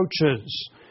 approaches